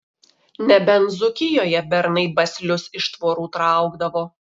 nebent dzūkijoje bernai baslius iš tvorų traukdavo